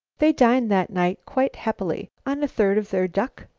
they dined that night, quite happily, on a third of their duck,